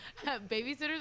Babysitters